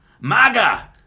MAGA